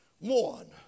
one